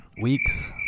weeks